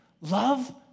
Love